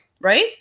Right